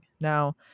Now